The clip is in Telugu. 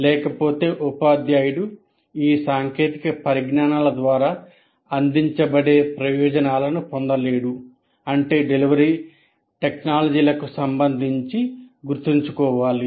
లేకపోతే ఉపాధ్యాయుడు ఈ సాంకేతిక పరిజ్ఞానాల ద్వారా అందించబడే ప్రయోజనాలను పొందలేడు అంటే డెలివరీ టెక్నాలజీలకు సంబంధించి గుర్తుంచుకోవాలి